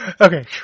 Okay